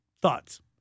Thoughts